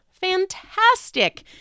fantastic